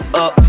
up